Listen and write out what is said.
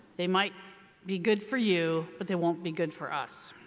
they might be good for you but they won't be good for us.